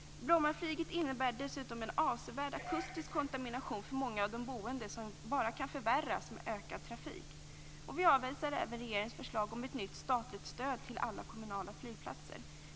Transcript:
Brommaflyget innebär dessutom en avsevärd akustisk kontamination för många av de boende vilken bara kan förvärras med ökad trafik. Vi avvisar även regeringens förslag om ett nytt statligt stöd till alla kommunala flygplatser.